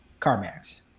CarMax